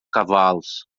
cavalos